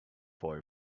for